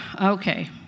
okay